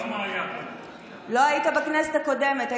לא היית בכנסת הקודמת.